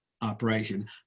operation